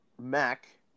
Mac